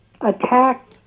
attack